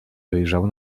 wyjrzał